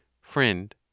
Friend